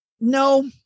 No